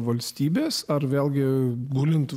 valstybės ar vėlgi gulint